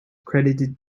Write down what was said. credited